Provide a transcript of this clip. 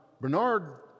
Bernard